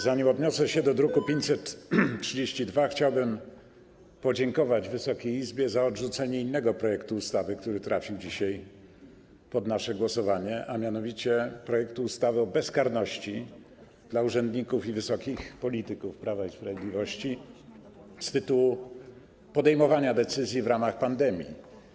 Zanim odniosę się do druku nr 532, chciałbym podziękować Wysokiej Izbie za odrzucenie innego projektu ustawy, który trafił dzisiaj pod nasze głosowanie, a mianowicie projektu ustawy o bezkarności dla urzędników i wysokich polityków Prawa i Sprawiedliwości z tytułu podejmowania decyzji w czasie pandemii.